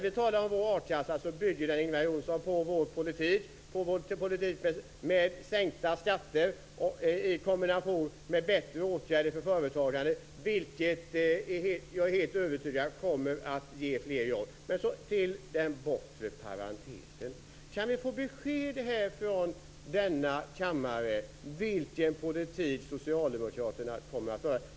Vårt tal om a-kassan bygger på vår politik, som innebär sänkta skatter i kombination med bättre åtgärder för företagande, vilket jag är helt övertygad om kommer att ge fler jobb. Så går jag över till den bortre parentesen. Kan vi i denna kammare få besked om vilken politik socialdemokraterna kommer att föra?